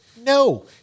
No